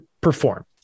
perform